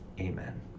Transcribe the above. Amen